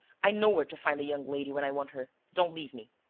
i know where to find the young lady when i want her. don't leave me.